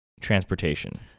transportation